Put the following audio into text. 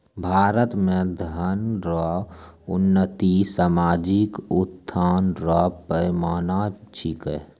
भारत मे धन रो उन्नति सामाजिक उत्थान रो पैमाना छिकै